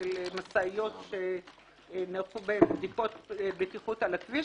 משאיות שנערכו בהן בדיקות בטיחות על הכביש,